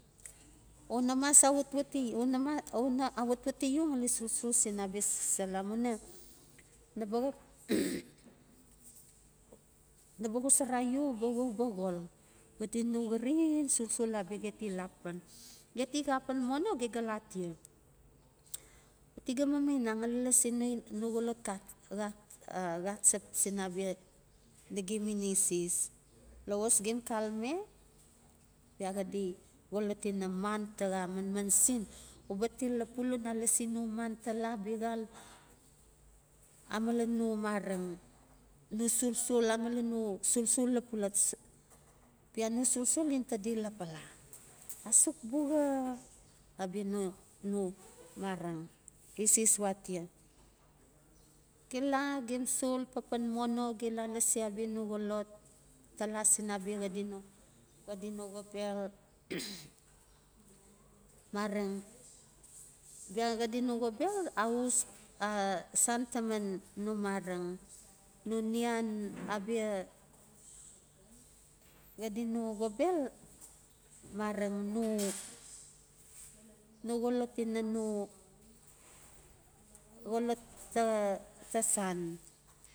una awatwati u ngali solsol sin abia selamuina naba xap naba xosora u uba we uba xoi. Xadi no xarin solsol abia geti la papan geti xa pan mono ge ga la tia, ti ga mamainang ngali lasi no xolot xdot xachep sin abia nagem inases, lowas ge xalme bia xadi xolot ina man ta xa maman sin uba til lapula una lasi no man tala bia xal a malan no mareng no sol sol lapula bia no solsol in tade lapala, asuk buxa abia no no mareng eses we atia. Ge la gem sol pan mono ge la lasi abia no xolot tala sin abia xadi no, xadi no xobel a us san taman no mareng no nian abia xadi no xobel mareng no xolot ina no xolot ta-ta san